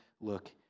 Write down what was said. look